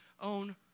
own